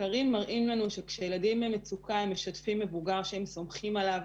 מחקרים מראים לנו שכשילדים במצוקה הם משתפים מבוגר שהם סומכים עליו,